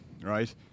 right